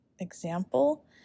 example